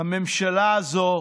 הממשלה הזו,